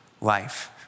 life